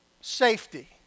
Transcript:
safety